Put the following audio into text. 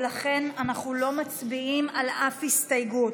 ולכן אנחנו לא מצביעים על אף הסתייגות.